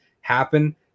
happen